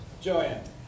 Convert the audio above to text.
Joanne